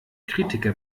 kritiker